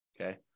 Okay